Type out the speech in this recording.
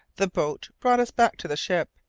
the boat brought us back to the ship.